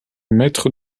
maître